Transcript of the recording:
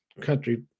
country